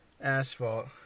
asphalt